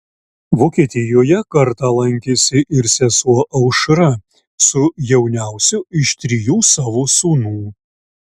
vokietijoje kartą lankėsi ir sesuo aušra su jauniausiu iš trijų savo sūnų